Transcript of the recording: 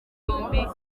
yombi